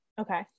Okay